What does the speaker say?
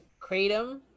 kratom